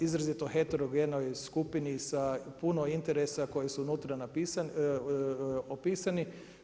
Izrazito heterogenoj skupini sa puno interesa koje su unutra opisani.